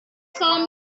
saw